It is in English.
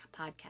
podcast